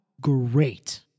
great